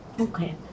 Okay